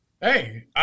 Hey